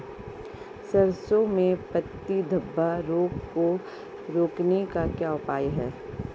सरसों में पत्ती धब्बा रोग को रोकने का क्या उपाय है?